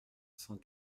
cent